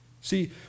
See